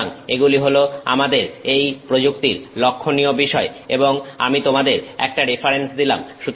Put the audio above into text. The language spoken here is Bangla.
সুতরাং এগুলি হল আমাদের এই প্রযুক্তির লক্ষনীয় বিষয় এবং আমি তোমাদের একটা রেফারেন্স দিলাম